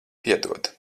piedod